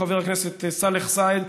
חבר הכנסת סאלח סעד,